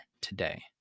today